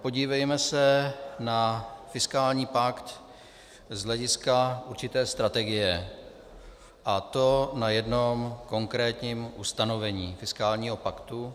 Podívejme se na fiskální pakt z hlediska určité strategie, a to na jednom konkrétním ustanovení fiskálního paktu.